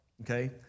okay